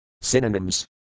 Synonyms